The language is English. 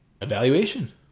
Evaluation